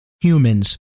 humans